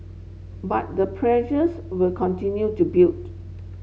but the pressures will continue to build